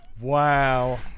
Wow